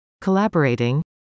collaborating